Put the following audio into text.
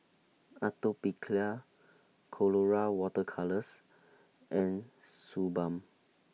Atopiclair Colora Water Colours and Suu Balm